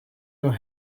your